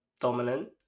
dominant